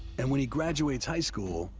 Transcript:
and when he graduates high school,